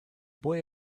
boy